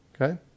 Okay